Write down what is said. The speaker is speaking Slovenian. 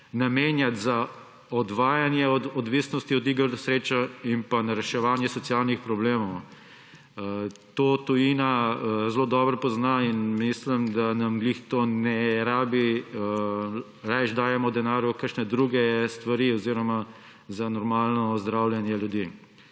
namenjati za odvajanje od odvisnosti od iger na srečo in reševanje socialnih problemov. To tujina zelo dobro pozna in mislim, da je bolje, da dajemo denar v kakšne druge stvari oziroma za normalno ozdravljanje ljudi.